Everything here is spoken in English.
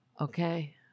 Okay